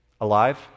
Alive